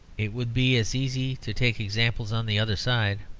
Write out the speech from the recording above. it would be as easy to take examples on the other side.